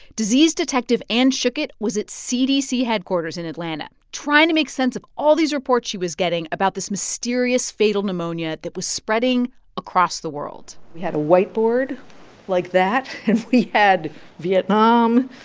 disease detective anne schuchat was at cdc headquarters in atlanta, trying to make sense of all these reports she was getting about this mysterious fatal pneumonia that was spreading across the world we had a whiteboard like that. and we had vietnam,